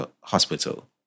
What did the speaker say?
hospital